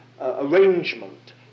arrangement